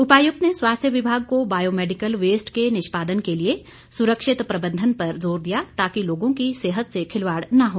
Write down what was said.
उपायुक्त ने स्वास्थ्य विभाग को बायो मेडिकल वेस्ट के निष्पादन के लिए सुरक्षित प्रबंधन पर जोर दिया ताकि लोगों की सेहत से खिलवाड़ न हो